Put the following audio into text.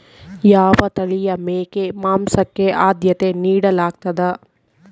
ಯಾವ ತಳಿಯ ಮೇಕೆ ಮಾಂಸಕ್ಕೆ, ಆದ್ಯತೆ ನೇಡಲಾಗ್ತದ?